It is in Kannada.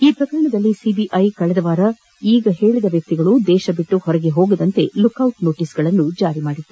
ಈ ಪ್ರಕರಣದಲ್ಲಿ ಸಿಬಿಐ ಕಳೆದ ವಾರ ಈಗ ಹೇಳಿದ ವ್ಯಕ್ತಿಗಳು ದೇಶ ಬಿಟ್ಟು ಹೊರ ಹೋಗದಂತೆ ಲುಕೌಟ್ ನೋಟಿಸ್ ಗಳನ್ನು ಜಾರಿ ಮಾದಿತ್ತು